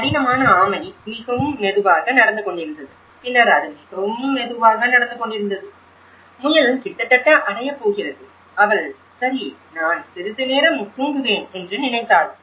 கடினமான ஆமை மிகவும் மெதுவாக நடந்து கொண்டிருந்தது பின்னர் அது மிகவும் மெதுவாக நடந்து கொண்டிருக்கிறது முயல் கிட்டத்தட்ட அடையப்போகிறது அவள் சரி நான் சிறிது நேரம் தூங்குவேன் என்று நினைத்தாள்